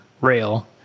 rail